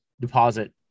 deposit